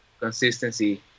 consistency